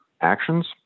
actions